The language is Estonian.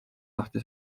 lahti